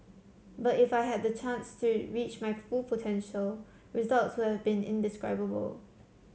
but if I had the chance to reach my full potential results would have been indescribable